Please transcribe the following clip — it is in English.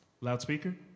Loudspeaker